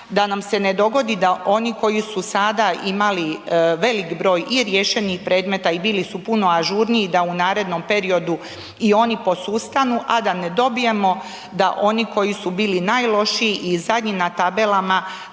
da nam se ne dogodi da oni koji su sada imali veliki broj i riješenih predmeta i bili su puno ažurniji da u narednom periodu i oni posustanu, a da ne dobijemo da oni koji su bili najlošiji i zadnji na tabelama